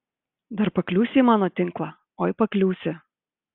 dar pakliūsi į mano tinklą oi pakliūsi